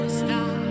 stop